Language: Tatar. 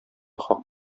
хак